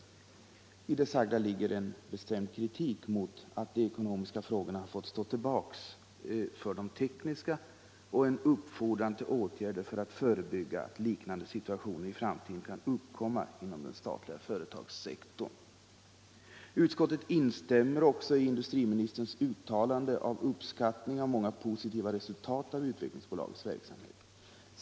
I det sagda ligger, säger utskottet, en bestämd kritik mot att de ekonomiska frågorna har fått stå tillbaka för de tekniska och ”en uppfordran till åtgärder för att förebygga att liknande situationer i framtiden kan uppkomma inom den statliga företagssektorn”. Utskottet instämmer också i industriministerns uttalande av uppskattning av många positiva resultat av Utvecklingsaktiebolagets verksamhet.